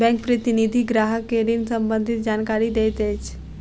bank प्रतिनिधि ग्राहक के ऋण सम्बंधित जानकारी दैत अछि